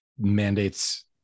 mandates